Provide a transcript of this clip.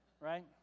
Right